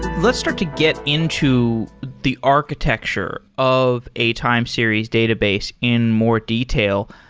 let's start to get into the architecture of a time series database in more detail.